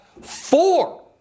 four